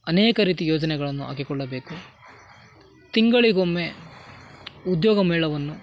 ಅನೇಕ ರೀತಿ ಯೋಜನೆಗಳನ್ನು ಹಾಕಿಕೊಳ್ಳಬೇಕು ತಿಂಗಳಿಗೊಮ್ಮೆ ಉದ್ಯೋಗ ಮೇಳವನ್ನು